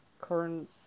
current